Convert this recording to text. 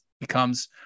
becomes